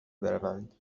بروند